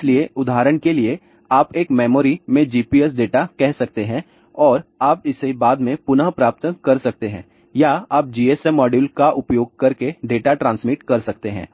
इसलिए उदाहरण के लिए आप एक मेमोरी में GPS डेटा कह सकते हैं और आप इसे बाद में पुनः प्राप्त कर सकते हैं या आप GSM मॉड्यूल का उपयोग करके डेटा ट्रांसमिट कर सकते हैं